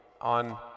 on